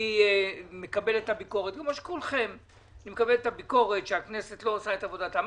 אני מקבל את הביקורת שהכנסת לא עושה את עבודתה.